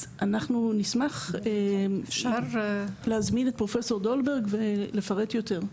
אז אנחנו נשמח להזמין את פרופ' דולברג ולפרט יותר.